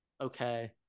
okay